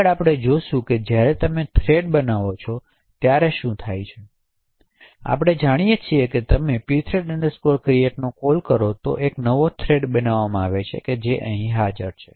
આગળ આપણે જોશું કે જ્યારે તમે થ્રેડ બનાવો છો ત્યારે શું થાય છે જેથી આપણે જાણીએ અને તમે pthread create નો કોલ કરો છો તે એક નવો થ્રેડ બનાવવામાં આવે છે જે અહીં હાજર છે